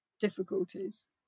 difficulties